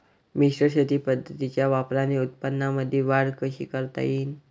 मिश्र शेती पद्धतीच्या वापराने उत्पन्नामंदी वाढ कशी करता येईन?